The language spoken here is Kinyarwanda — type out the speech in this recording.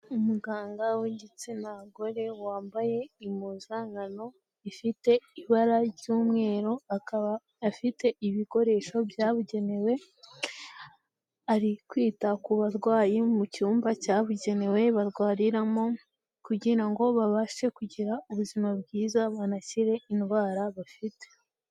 Umuganga w'igitsina gore wambaye impuzankano ifite ibara ry'umweru akaba afite ibikoresho byabugenewe, ari kwita ku barwayi mu cyumba cyabugenewe barwariramo kugira ngo babashe kugira ubuzima bwiza banakire indwara bafite.